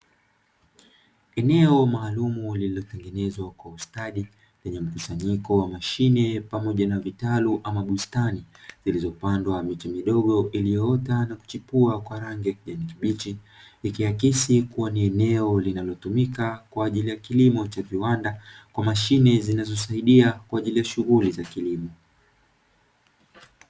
Eneo maalumu lililotengenezwa kwa ustadi , lenye mkusanyiko wa mashine pamoja vitalu ama bustani, zilizopandwa miche midogo iliyoota na kichipua kwa rangi ya kijani kibichi, ikiakisi kuwa ni eneo linalotumika kwa ajili ya kilimo cha viwanda, kwa mashine zinazosaidia kwa ajili ya shughuli za kilimo.